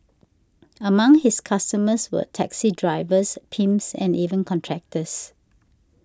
among his customers were taxi drivers pimps and even contractors